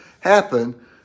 happen